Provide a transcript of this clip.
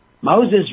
Moses